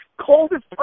coldest